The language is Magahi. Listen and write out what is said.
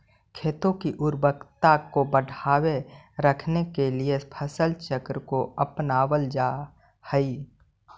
खेतों की उर्वरता को बनाए रखने के लिए फसल चक्र को अपनावल जा हई